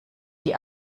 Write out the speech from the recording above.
die